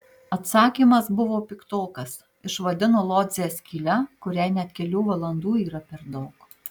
atsakymas buvo piktokas išvadino lodzę skyle kuriai net kelių valandų yra per daug